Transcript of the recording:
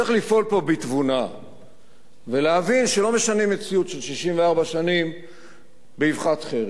צריך לפעול פה בתבונה ולהבין שלא משנים מציאות של 64 שנים באבחת חרב.